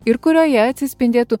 ir kurioje atsispindėtų